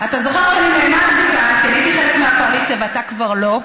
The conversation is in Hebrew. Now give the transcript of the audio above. אתה זוכר שאני נעמדתי כאן כי אני הייתי חלק מהקואליציה ואתה כבר לא,